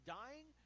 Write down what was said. dying